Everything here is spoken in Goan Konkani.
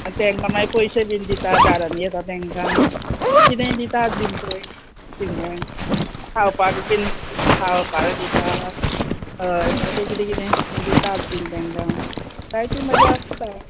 तांकां मागीर पयशे बीन दिता दारानी येता तेंकां किदेंय दितात बीन पय शिगम्या खावपाक बीन खावपाक दिता हय तें किदें किदें दितात बीन तेंकां जायतीं मजा आसता